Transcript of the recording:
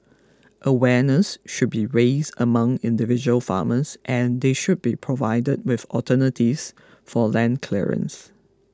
awareness should be raised among individual farmers and they should be provided with alternatives for land clearance